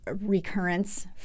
recurrence